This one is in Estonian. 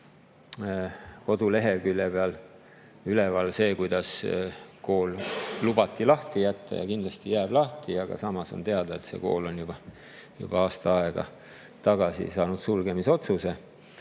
koduleheküljel veel üleval, et kool lubati lahti jätta ja kindlasti jääb lahti, aga samas on teada, et see kool on juba aasta aega tagasi saanud sulgemisotsuse